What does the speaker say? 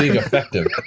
effective!